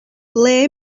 ble